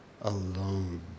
alone